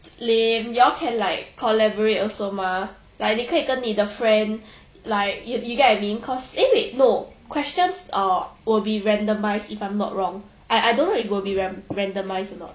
lame you all can like collaborate also mah like 你可以跟你的 friend like you you get what I mean cause eh wait no questions or will be randomized if I'm not wrong I I don't know it will be ran~ randomize you know